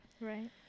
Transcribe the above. Right